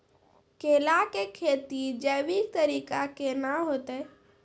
केला की खेती जैविक तरीका के ना होते?